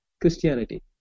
Christianity